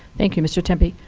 thank you, mr. temby.